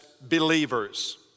believers